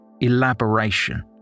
elaboration